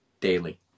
daily